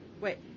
wait